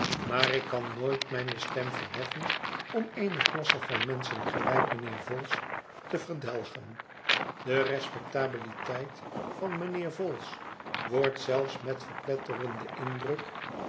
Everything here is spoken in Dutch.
maar ik kan nooit mijne stem verheffen om eene klasse van menschen gelijk mijnheer vholes te verdelgen de respectabiliteit van mijnheer vholes wordt zelfs met verpletterenden indruk